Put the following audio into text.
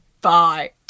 bye